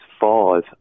five